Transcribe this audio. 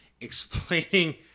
explaining